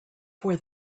for